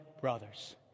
brothers